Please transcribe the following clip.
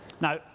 Now